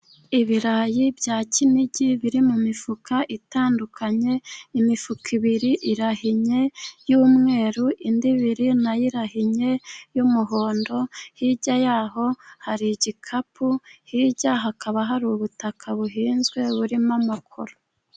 Ibirayi bya Kinigi biri mu mifuka itandukanye. Imifuka ibiri irahinnye y'umweru, indi ibiri na yo irahinnye y'umuhondo. Hirya y'aho hari igikapu, hirya hakaba hari ubutaka buhinzwe burimo amakoro.